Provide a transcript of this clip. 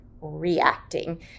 reacting